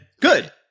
Good